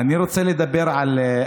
אני רוצה לדבר על,